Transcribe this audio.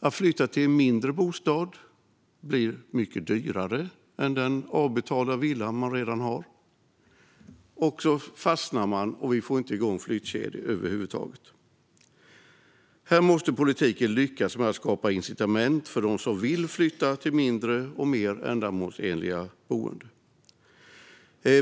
Att flytta till en mindre bostad blir mycket dyrare än att bo kvar i den avbetalda villa man redan har. Man fastnar, och vi får inte igång några flyttkedjor över huvud taget. Här måste politiken lyckas med att skapa incitament för dem som vill flytta till mindre och mer ändamålsenliga boenden.